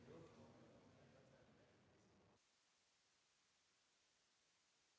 Merci.